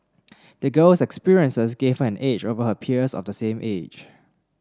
the girl's experiences gave her an edge over her peers of the same age